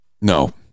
No